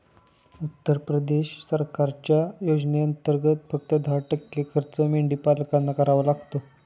उत्तर प्रदेश सरकारच्या योजनेंतर्गत, फक्त दहा टक्के खर्च मेंढीपालकांना करावा लागतो